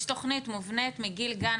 יש תוכנית מובנית מגיל גן,